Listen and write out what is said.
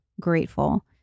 grateful